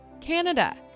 Canada